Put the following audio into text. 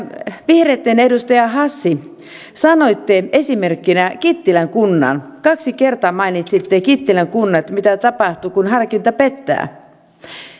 vihreitten edustaja hassi sanoitte esimerkkinä kittilän kunnan kaksi kertaa mainitsitte kittilän kunnan että mitä tapahtuu kun harkinta pettää